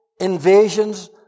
invasions